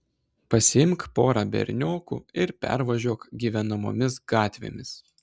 pasiimk porą berniokų ir pervažiuok gyvenamomis gatvėmis